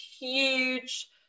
huge